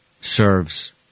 serves